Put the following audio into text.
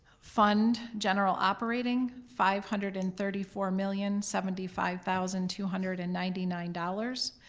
fund general operating five hundred and thirty four million seventy five thousand two hundred and ninety nine dollars,